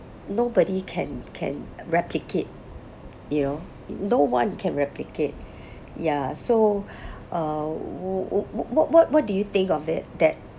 nobody can can replicate you know no one can replicate ya so uh wh~ wh~ wh~ what what what do you think of it that